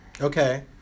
Okay